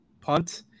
punt